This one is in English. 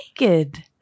naked